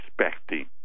expecting